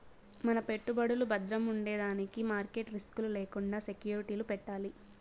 మన పెట్టుబడులు బద్రముండేదానికి మార్కెట్ రిస్క్ లు లేకండా సెక్యూరిటీలు పెట్టాలి